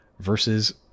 versus